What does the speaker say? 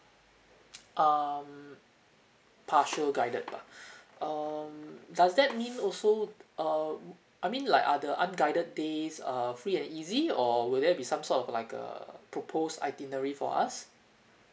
um partial guided bah um does that mean also uh I mean like are the unguided days uh free and easy or will there be some sort of like a proposed itinerary for us